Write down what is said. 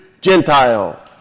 Gentile